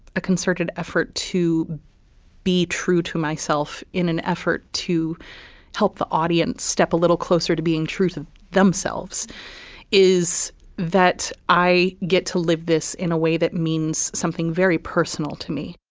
a concerted effort to be true to myself in an effort to help the audience step a little closer to being true to themselves is that i get to live this in a way that means something very personal to me.